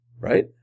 right